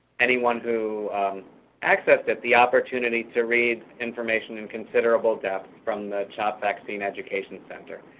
anyone who accessed it the opportunity to read information in considerable depth from the child vaccine education center.